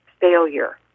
failure